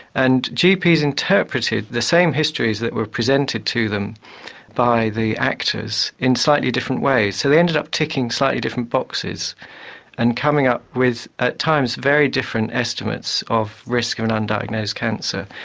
and gps interpreted the same histories that were presented to them by the actors in slightly different ways. so they ended up ticking slightly different boxes and coming up with at times very different estimates of risk of an underdiagnosed cancer.